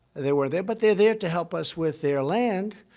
they were there, but they're there to help us with their land.